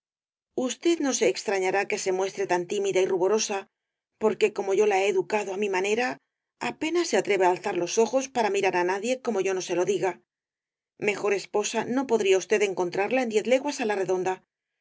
usted no se extrañará que se muestre tan tímida y ruborosa porque como yo la he educado á mi manera apenas se atreve á alzar los ojos para mirar á nadie como yo no se lo diga mejor esposa no podría usted encontrarla en diez leguas á la redonda